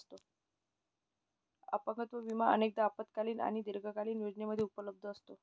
अपंगत्व विमा अनेकदा अल्पकालीन आणि दीर्घकालीन योजनांमध्ये उपलब्ध असतो